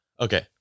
Okay